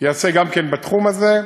ייעשה גם כן בתחום הזה.